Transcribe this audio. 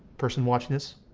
person watching this,